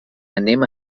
anem